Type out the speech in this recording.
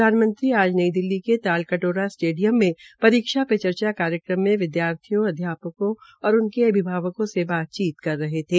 प्रधानमंत्री आज नई दिल्ली के तालकटोरा स्टेडियम में परीक्षा पे चर्चा कार्यक्रम में विद्यार्थियों अध्यापकों और उनके अभिभावकों से बातचीत कर रहे थे